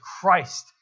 Christ